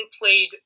played